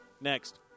Next